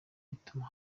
ituma